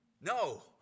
No